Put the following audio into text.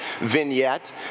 vignette